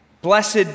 blessed